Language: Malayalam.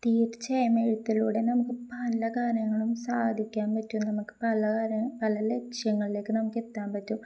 തീർച്ചയായും എഴുത്തിലൂടെ നമുക്ക് പല കാര്യങ്ങളും സാധിക്കാൻ പറ്റും നമുക്ക് പല പല ലക്ഷ്യങ്ങളിലേക്ക് നമുക്കെത്താൻ പറ്റും